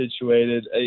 situated